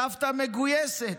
סבתא מגויסת,